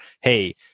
hey